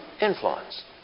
influence